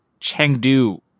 Chengdu